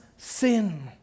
sin